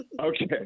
Okay